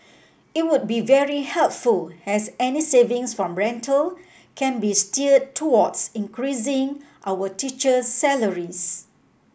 it would be very helpful as any savings from rental can be steered towards increasing our teacher's salaries